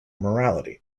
morality